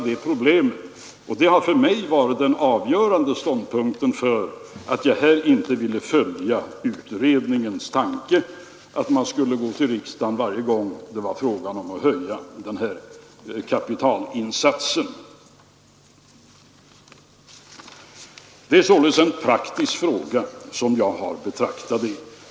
Detta har varit det avgörande för att jag här inte vill följa utredningens tanke att riksdagen skulle höras varje gång det var fråga om att höja insatsen av riskbärande kapital. Jag har således betraktat detta som en praktisk fråga.